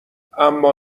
اما